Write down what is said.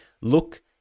look